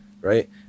right